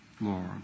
Lord